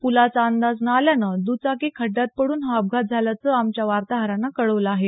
प्लाचा अंदाज न आल्यानं दुचाकी खड्यात पडून हा अपघात झाल्याचं आमच्या वार्ताहरानं कळवलं आहे